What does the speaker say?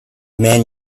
man